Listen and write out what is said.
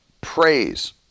praise